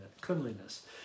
Cleanliness